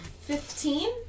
Fifteen